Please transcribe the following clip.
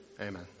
Amen